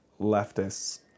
leftists